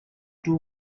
two